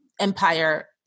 empire